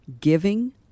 giving